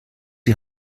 die